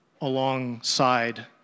alongside